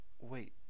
wait